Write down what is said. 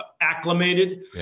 acclimated